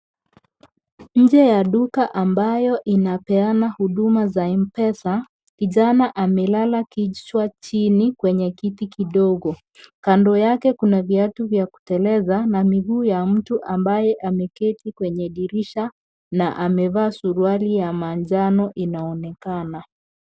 Nje ya duka ambayo inapeana huduma za mpesa kijana amelala kichwa chini kwenye kiti kidogo , kando yake kuna viatu vya kuteleza na miguu ya mtu ambaye ameketi kwenye dirisha na amevaa suruali ya manjano inaonekana.